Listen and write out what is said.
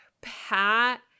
Pat